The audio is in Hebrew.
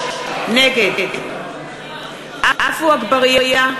נגד עפו אגבאריה,